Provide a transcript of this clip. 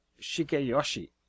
Shigeyoshi